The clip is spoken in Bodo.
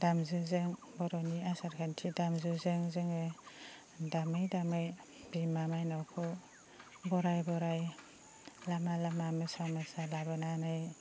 दामजुजों बर'नि आसारखान्थि दामजुजों जोङो दामै दामै बिमा मायनावखौ बरायै बरायै लामा लामा मोसा मोसा लाबोनानै